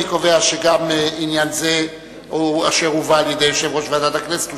אני קובע שאושרה הצעת ועדת הכנסת.